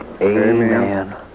Amen